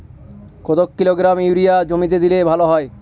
কত kilogram urea জমিতে দিলে ভালো হয়?